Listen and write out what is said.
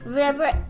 river